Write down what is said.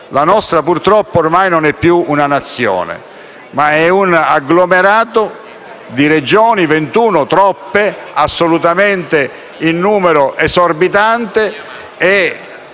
La nostra, purtroppo, ormai non è più una Nazione ma è un agglomerato di Regioni: di fatto ventuno (troppe), assolutamente in numero esorbitante,